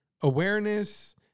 awareness